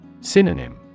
Synonym